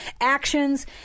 actions